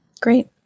Great